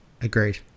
Agreed